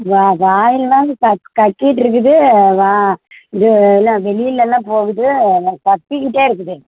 வா வாயில்லாம் க கட்டிட்ருக்குது வா இது எல்லாம் வெளியெலலாம் போகுது கத்திக்கிட்டே இருக்குது